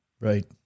Right